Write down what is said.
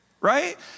right